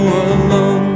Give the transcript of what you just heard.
alone